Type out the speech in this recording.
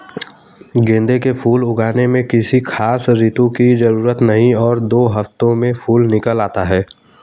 गेंदे के फूल उगाने में किसी खास ऋतू की जरूरत नहीं और दो हफ्तों में फूल निकल आते हैं